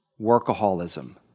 workaholism